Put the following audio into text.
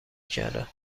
کردم